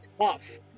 tough